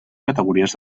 categories